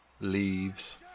leaves